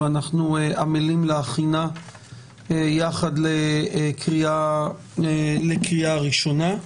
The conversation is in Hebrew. ואנחנו עמלים להכינה יחד לקריאה הראשונה.